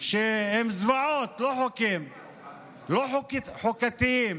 שהם זוועות, לא חוקתיים,